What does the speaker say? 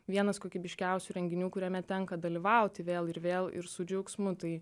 vienas kokybiškiausių renginių kuriame tenka dalyvauti vėl ir vėl ir su džiaugsmu tai